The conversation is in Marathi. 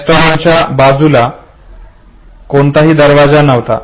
रेस्टॉरंटच्या दुसर्या बाजूला कोणताही दरवाजा नव्हता